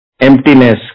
emptiness